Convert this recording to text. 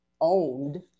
owned